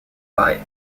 bei